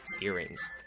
earrings